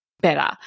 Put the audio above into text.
better